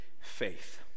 faith